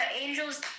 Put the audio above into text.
Angels